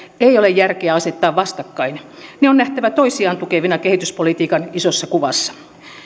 ei ole järkeä asettaa vastakkain ne on nähtävä toisiaan tukevina kehityspolitiikan isossa kuvassa